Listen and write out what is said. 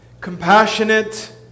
compassionate